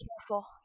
careful